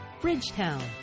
Bridgetown